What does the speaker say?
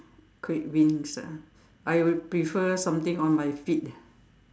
create wings ah I would prefer something on my feet